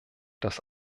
das